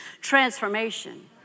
transformation